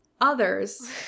others